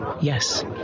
Yes